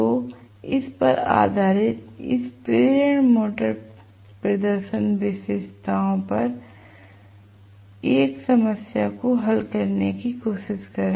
तो इस पर आधारित इस प्रेरण मोटर प्रदर्शन विशेषताओं पर 1 समस्या को हल करने की कोशिश करें